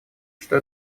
что